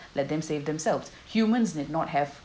let them save themselves humans need not have